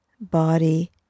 body